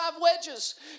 wedges